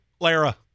Lara